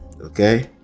Okay